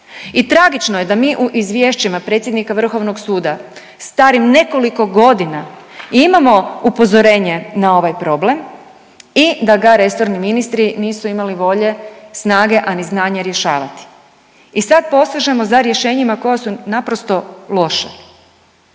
I tragično je da mi u izvješćima predsjednika Vrhovnog suda starim nekoliko godina imamo upozorenje na ovaj problem i da ga resorni ministri nisu imali volje, snage, a ni znanja rješavati. I sad posežemo za rješenjima koja su naprosto loše.